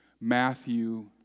Matthew